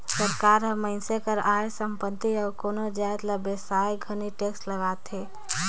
सरकार हर मइनसे कर आय, संपत्ति अउ कोनो जाएत ल बेसाए घनी टेक्स लगाथे